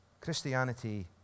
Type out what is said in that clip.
Christianity